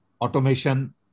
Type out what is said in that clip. automation